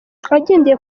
agendeye